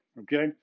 okay